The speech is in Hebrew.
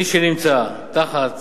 מי שנמצא מתחת